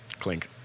Clink